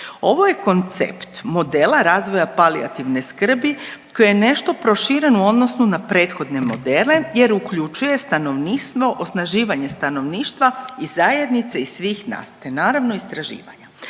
Ovo je koncept modela razvoja palijativne skrbi koji je nešto proširen u odnosu na prethodne modele jer uključuje stanovništvo, osnaživanje stanovništva i zajednice i svih nas, te naravno istraživanja.